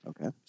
Okay